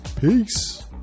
Peace